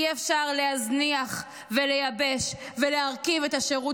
אי-אפשר להזניח ולייבש ולהרקיב את השירות